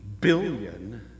billion